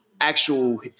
actual